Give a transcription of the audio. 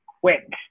quick